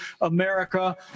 America